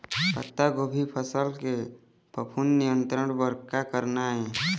पत्तागोभी के फसल म फफूंद नियंत्रण बर का करना ये?